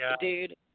dude